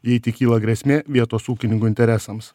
jei tik kyla grėsmė vietos ūkininkų interesams